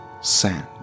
sand